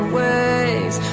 ways